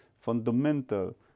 fundamental